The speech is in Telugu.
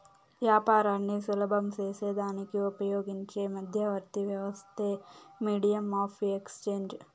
యాపారాన్ని సులభం సేసేదానికి ఉపయోగించే మధ్యవర్తి వ్యవస్థే మీడియం ఆఫ్ ఎక్స్చేంజ్